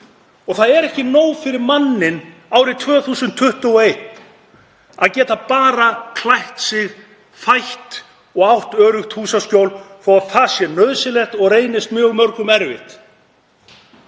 og það er ekki nóg fyrir manninn árið 2021 að geta bara klætt sig, fætt og átt öruggt húsaskjól, þótt það sé nauðsynlegt og reynist mjög mörgum erfitt.